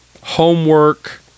homework